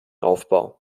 aufbau